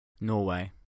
Norway